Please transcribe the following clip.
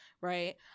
Right